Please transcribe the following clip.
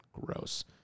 gross